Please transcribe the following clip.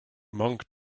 monk